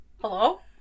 hello